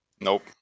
Nope